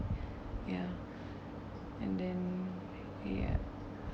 ya and then ya